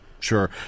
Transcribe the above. Sure